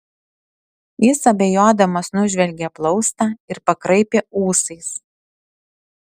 jis abejodamas nužvelgė plaustą ir pakraipė ūsais